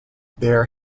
there